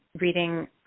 reading